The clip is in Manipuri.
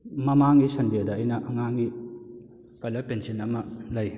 ꯃꯃꯥꯡꯒꯤ ꯁꯟꯗꯦꯗ ꯑꯩꯅ ꯑꯉꯥꯡꯒꯤ ꯀꯂꯔ ꯄꯦꯟꯁꯤꯜ ꯑꯃ ꯂꯩ